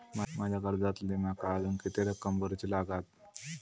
माझ्या कर्जातली माका अजून किती रक्कम भरुची लागात?